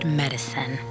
medicine